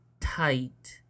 tight